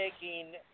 taking